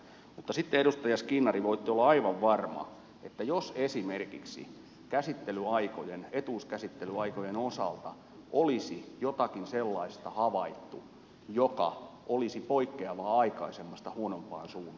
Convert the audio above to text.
mutta sitten edustaja skinnari voitte olla aivan varma että jos esimerkiksi etuuskäsittelyaikojen osalta olisi jotakin sellaista havaittu mikä olisi poikkeavaa aikaisemmasta huonompaan suuntaan siitä olisi puhuttu tässä mietinnössä